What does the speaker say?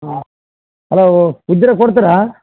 ಹಾಂ ಅದೂ ಇದ್ದರೆ ಕೊಡ್ತೀರಾ